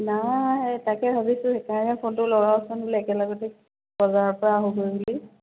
না তাকে ভাবিছোঁ সেইকাৰণে ফোনটো লগাওচোন বোলো একে লগতে বজাৰৰপৰা আহোঁগৈ বুলি